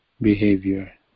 behavior